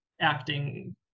acting